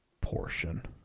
portion